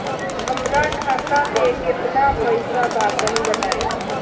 हमरा खाता मे केतना पईसा बा तनि बताईं?